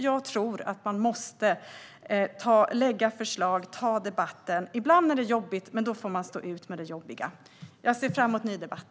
Jag tror att man måste lägga fram förslag och ta debatten. Ibland är det jobbigt, men då får man stå ut med det jobbiga. Jag ser fram emot ny debatt!